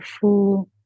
full